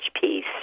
peace